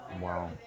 Wow